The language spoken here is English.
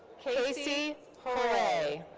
casey haray.